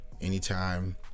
anytime